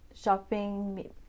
shopping